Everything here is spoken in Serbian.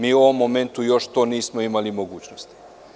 Mi u ovom momentu još to nismo imali mogućnost.